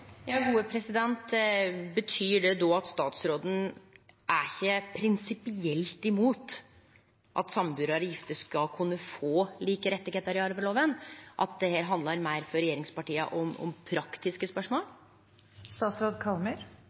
Betyr det at statsråden ikkje prinsipielt er imot at sambuarar og gifte skal kunne få like rettar i arvelova, men at dette for regjeringspartia handlar meir om praktiske